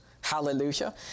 Hallelujah